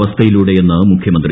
അവസ്ഥയിലൂടെയെന്ന് മുഖ്യമന്ത്രി